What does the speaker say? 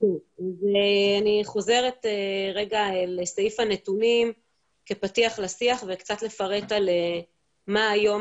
אני חוזרת רגע לסעיף הנתונים כפתיח לשיח וקצת לפרט מה היום